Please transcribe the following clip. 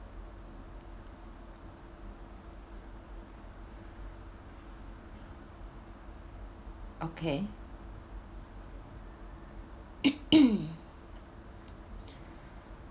okay